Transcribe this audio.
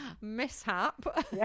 mishap